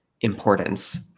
importance